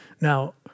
Now